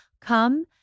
come